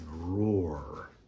Roar